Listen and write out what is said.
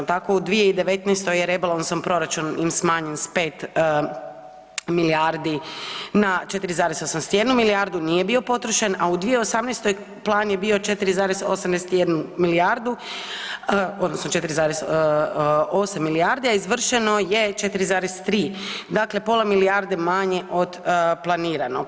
Tako u 2019. je rebalansom proračun im smanjen s 5 milijardi na 4,81 milijardu, nije bio potrošen, a u 2018. plan je bio 4,81 milijardu odnosno 4,8 milijardi, a izvršeno je 4,3 dakle pola milijarde manje od planiranog.